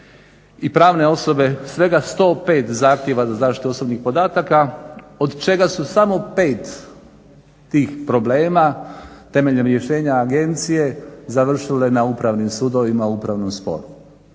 i pravne osobe, svega 105 zahtjeva za zaštitu osobnih podataka, od čega su samo 5 tih problema temeljem rješenja agencije završile na Upravnim sudovima u upravnom sporu.